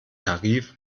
tarif